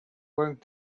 going